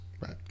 Right